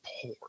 poor